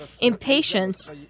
Impatience